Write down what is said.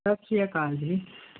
ਸਤਿ ਸ੍ਰੀ ਅਕਾਲ ਜੀ